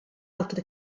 altra